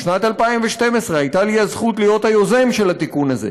בשנת 2012. הייתה לי הזכות להיות היוזם של התיקון הזה.